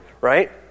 right